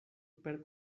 per